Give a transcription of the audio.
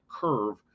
curve